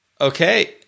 Okay